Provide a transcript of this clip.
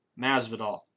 Masvidal